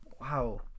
Wow